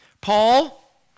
Paul